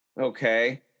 okay